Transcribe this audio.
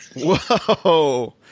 Whoa